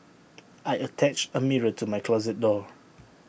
I attached A mirror to my closet door